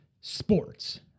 sports